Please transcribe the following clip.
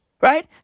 Right